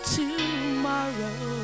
tomorrow